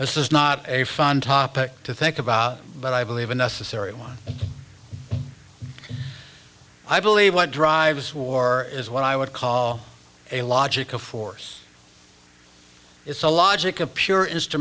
this is not a fun topic to think about but i believe a necessary one i believe what drives war is what i would call a logical force it's a logic of pure